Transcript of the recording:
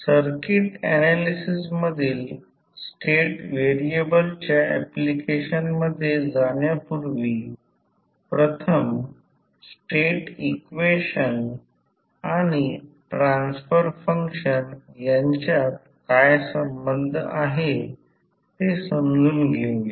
circuit analysis मधील state व्हेरिएबलच्या application मध्ये जाण्यापूर्वी प्रथम स्टेट इक्वेशन आणि ट्रान्सफर फंक्शन यांच्यात काय संबंध आहे ते समजून घेऊया